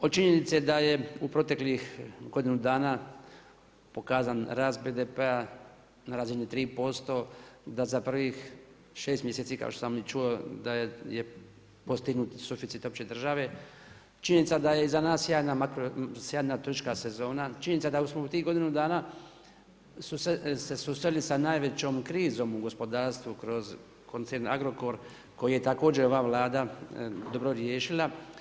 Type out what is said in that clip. O činjenici da je u proteklih godinu dana pokazan rast BDP-a na razini 3%, da za prvih 6 mjeseci kao što sam i čuo da je postignut i suficit opće države, činjenica da je iza nas jedna sjajna turistička sezona, činjenica da smo u tih godinu dana se susreli sa najvećom krizu u gospodarstvu kroz koncern Agrokor koji je također ova Vlada dobro riješila.